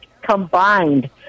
Combined